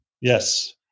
Yes